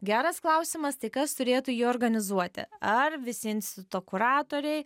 geras klausimas tai kas turėtų jį organizuoti ar visi instituto kuratoriai